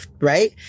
right